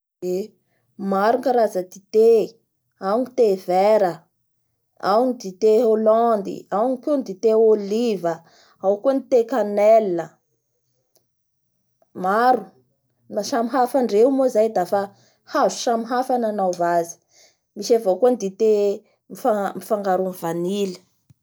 Eee maro ny karaza dite ao ny thé vert, ao ny dite holandy, ao kao ny dité olive aa, ao koa ny thé canel, maro, ny maha samy hafa adreo moa zany dafa hazo samy hafa ro nanaova azy. Misy avao koa ny dite mifa mif-mifangaro amin'ny vanily.